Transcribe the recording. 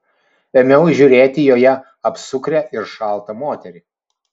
ėmiau įžiūrėti joje apsukrią ir šaltą moterį